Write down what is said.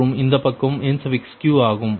மற்றும் இந்த பக்கம் Nq ஆகும்